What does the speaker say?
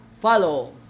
follow